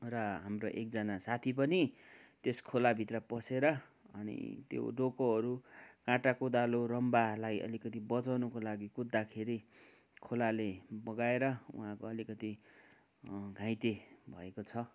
र हाम्रो एकजना साथी पनि त्यस खोलाभित्र पसेर अनि त्यो डोकोहरू काँटा कोदालो रम्बाहरूलाई अलिकति बचाउनको लागि कुद्दाखेरि खोलाले बगाएर उहाँको अलिकति घाइते भएको छ